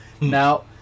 Now